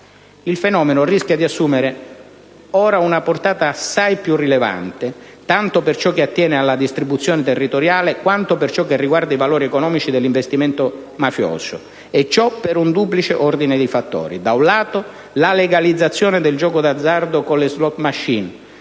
Il fenomeno rischia di assumere ora una portata assai più rilevante, tanto per ciò che attiene alla distribuzione territoriale, quanto per ciò che riguarda i valori economici dell'investimento mafioso. Ciò per un duplice ordine di fattori: da un lato, la legalizzazione del gioco d'azzardo con le *slot machine*